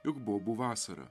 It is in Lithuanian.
juk bobų vasara